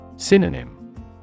Synonym